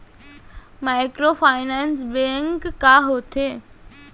Microfinance bank का होथे?